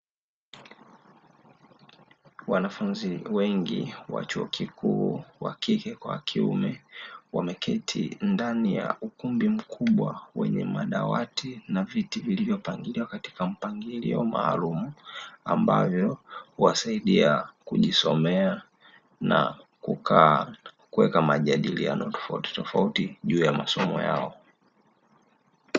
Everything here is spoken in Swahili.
Wanafunzi wengi wa chuo kikuu wakike kwa wakiume wameketi ndani ya ukumbi mkubwa wenye madawati na viti, vilivyo pangiliwa katika mpangilio maalumu ambavyo, huwasaidia kujisomea na kukaa kuweka majadiliano tofautitofauti juu ya masomo yao.